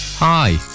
Hi